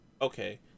okay